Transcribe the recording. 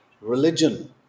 religion